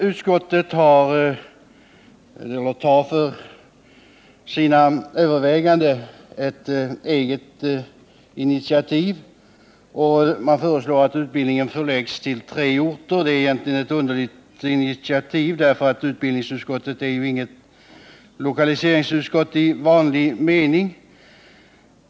Utskottet tar i sina överväganden ett eget initiativ och föreslår att utbildningen förläggs till tre orter. Egentligen är det ett underligt initiativ, eftersom utbildningsutskottet inte är något lokaliseringsutskott i vanlig mening.